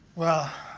well,